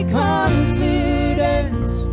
confidence